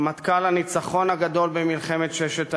רמטכ"ל הניצחון הגדול במלחמת ששת הימים,